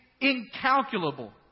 incalculable